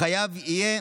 החייב יהיה